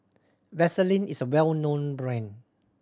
Vaselin is a well known brand